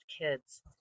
kids